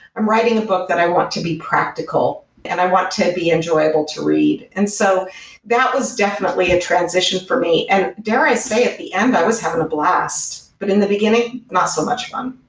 i'm writing a book that i want to be practical and i want to be enjoyable to read. and so that was definitely a transition for me. dare i say, at the end, i was having a blast. but in the beginning, no so much fun.